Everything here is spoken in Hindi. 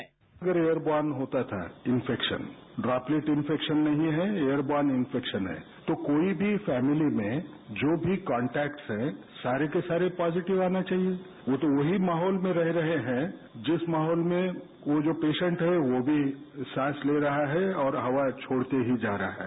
साउंड बाईट एयर बोन होता था इंफेक्शन ड्रॉपलेट इंफेक्शन नहीं है एयर बोन इंफेक्शन है तो कोई भी फैमिली में जो भी कॉन्टेक्टस हैं सारे के सारे पॉजिटिव आने चाहिये वह तो वहीं माहौल में रह रहे हैं जिस माहौल में वह जो पेशेट हैं वह भी सांस ले रहा है और हवा छोडते ही जा रहा है